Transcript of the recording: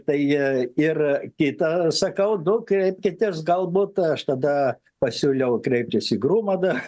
tai ir kita sakau nu kreipkitės galbūt aš tada pasiūliau kreiptis į grumadą